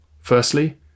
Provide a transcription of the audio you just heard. Firstly